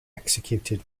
executed